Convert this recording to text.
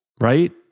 right